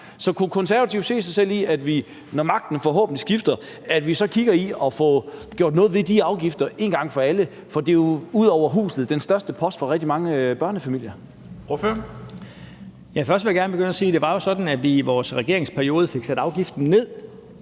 Kunne Konservative se sig selv i, at vi, når magten forhåbentlig skifter, kigger på at få gjort noget ved de afgifter en gang for alle, for det er jo ud over huset den største post for rigtig mange børnefamilier? Kl. 15:48 Formanden : Ordføreren. Kl. 15:48 Søren Pape Poulsen (KF) : Først vil jeg gerne sige, at det jo var sådan, at vi i vores regeringsperiode fik sat afgiften ned.